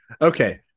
Okay